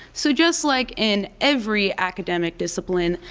so just like in every academic discipline,